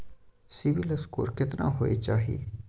CIBIL score केतना होय चाही?